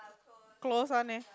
close one leh